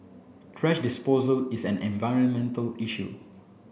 thrash disposal is an environmental issue